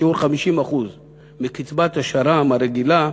בשיעור 50% מקצבת השר"מ הרגילה,